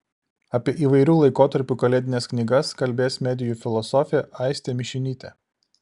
apie įvairių laikotarpių kalėdines knygas kalbės medijų filosofė aistė mišinytė